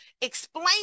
explain